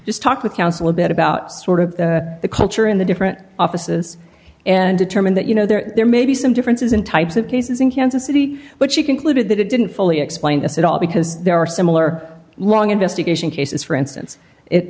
just talked with counsel a bit about sort of the culture in the different offices and determine that you know there may be some differences in types of cases in kansas city but she concluded that it didn't fully explain us at all because there are similar long investigation cases for instance it